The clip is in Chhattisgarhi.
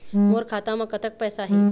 मोर खाता म कतक पैसा हे?